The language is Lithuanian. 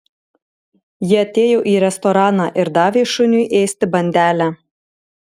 ji atėjo į restoraną ir davė šuniui ėsti bandelę